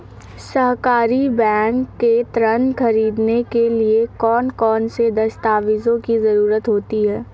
सहकारी बैंक से ऋण ख़रीदने के लिए कौन कौन से दस्तावेजों की ज़रुरत होती है?